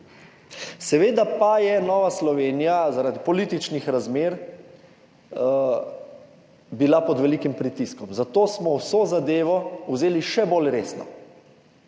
Seveda pa je bila Nova Slovenija zaradi političnih razmer pod velikim pritiskom. Zato smo vso zadevo vzeli še bolj resno